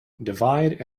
divide